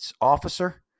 officer